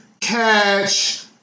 catch